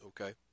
Okay